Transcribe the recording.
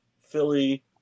Philly